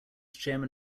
chairman